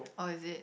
oh it is